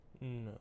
No